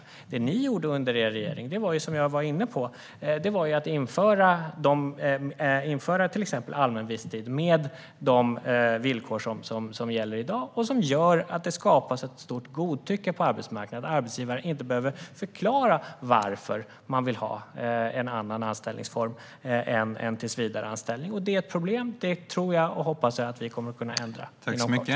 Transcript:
Det ni gjorde under er regeringstid var, som jag var inne på, att införa till exempel allmän visstid med de villkor som gäller i dag och som gör att det skapas ett stort godtycke på arbetsmarknaden. Arbetsgivarna behöver inte förklara varför de vill ha en annan anställningsform än tillsvidareanställning. Det är ett problem som jag tror och hoppas att vi kommer att lösa inom kort.